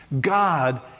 God